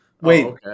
wait